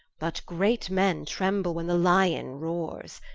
but great men tremble when the lyon rores,